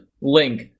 link